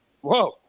Whoa